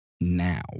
now